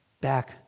back